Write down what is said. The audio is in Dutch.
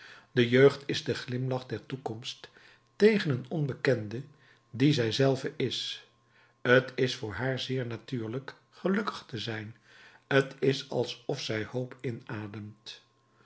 de jeugd is de glimlach der toekomst tegen een onbekende die zij zelve is t is voor haar zeer natuurlijk gelukkig te zijn t is alsof zij hoop inademt